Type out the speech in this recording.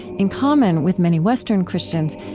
in common with many western christians,